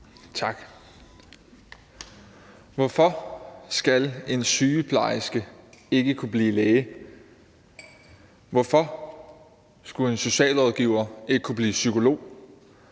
Tak. Hvorfor skal en sygeplejerske ikke kunne blive læge? Hvorfor skulle en socialrådgiver ikke kunne blive psykolog,